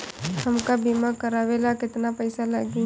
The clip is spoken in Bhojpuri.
हमका बीमा करावे ला केतना पईसा लागी?